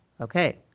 Okay